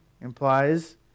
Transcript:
implies